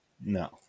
no